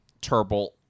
turbo